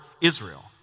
Israel